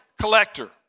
collector